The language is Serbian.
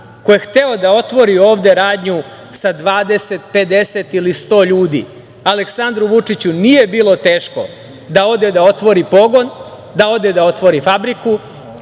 ko je hteo da otvori ovde radnju sa 20, 50 ili 100 ljudi. Aleksandru Vučiću nije bilo teško da ode da otvori pogon, da ode da otvori fabriku